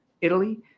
Italy